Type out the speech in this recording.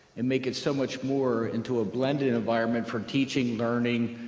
and make it so much more into a blended environment for teaching, learning,